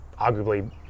arguably